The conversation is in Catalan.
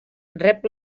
rep